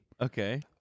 okay